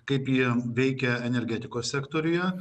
kaip jie veikia energetikos sektoriuje